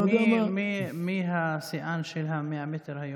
מי השיאן היום ב-100 מטר?